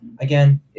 Again